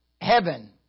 heaven